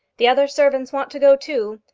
the other servants want to go, too.